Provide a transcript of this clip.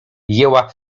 jęła